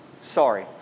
Sorry